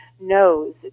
knows